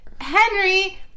Henry